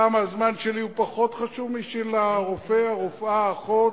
למה, הזמן שלי פחות חשוב משל הרופא, רופאה, אחות?